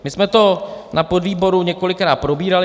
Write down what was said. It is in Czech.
My jsme to na podvýboru několikrát probírali.